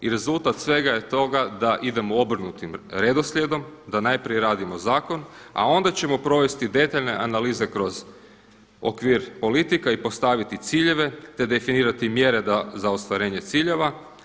I rezultat svega toga je da idemo obrnutim redoslijedom, da najprije radimo zakon, a onda ćemo provesti detalje analize kroz okvir politika i postaviti ciljeve, te definirati mjere da za ostvarenje ciljeva.